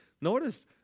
Notice